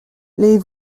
les